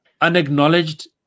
unacknowledged